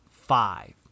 five